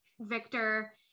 victor